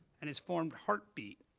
and has formed heartbeat,